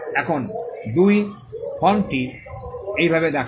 এখন 2 ফর্মটি এইভাবে দেখায়